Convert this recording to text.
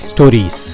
Stories